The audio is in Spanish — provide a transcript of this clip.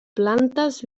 plantas